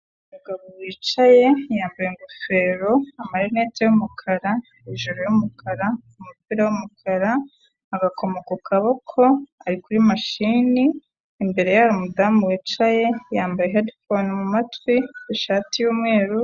Umugabo wicaye yambaye ingofero, amarinete y'umukara, ijire y'umukara, umupira w'umukara, agakoma ku kaboko, ari kuri mashini imbere ye hari umudamu wicaye yambaye hedifone mu matwi ishati y'umweru.